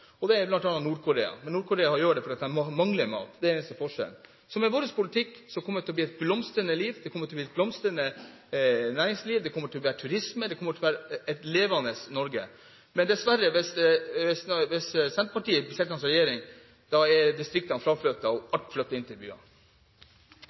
og det er bl.a. Nord-Korea. Men Nord-Korea gjør det fordi de mangler mat – det er eneste forskjellen. Så med vår politikk kommer det til å bli et blomstrende liv, det kommer til å bli et blomstrende næringsliv, det kommer til å være turisme, og det kommer til å være et levende Norge. Men dessverre, hvis Senterpartiet blir sittende i regjering, blir distriktene fraflyttet, og alt flytter inn til byene. Replikkordskiftet er